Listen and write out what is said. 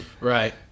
Right